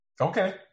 okay